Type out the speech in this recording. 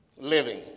living